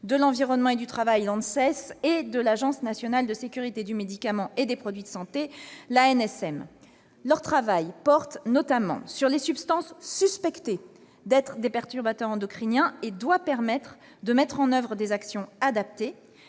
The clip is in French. de l'environnement, et du travail, l'ANSES, et de l'Agence nationale de sécurité du médicament et des produits de santé, l'ANSM. Leur travail porte, notamment, sur les substances suspectées d'être des perturbateurs endocriniens et doit permettre de mettre en oeuvre des actions adaptées.